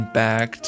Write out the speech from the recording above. back